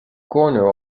corner